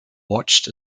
watched